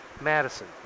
Madison